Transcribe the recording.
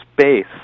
space